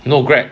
no greg